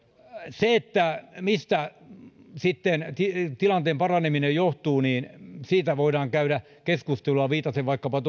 siitä mistä sitten tilanteen paraneminen johtuu voidaan käydä keskustelua viitaten vaikkapa